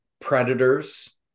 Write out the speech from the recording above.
predators